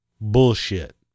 Bullshit